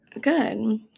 Good